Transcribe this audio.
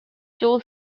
fuel